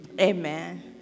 Amen